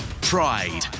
pride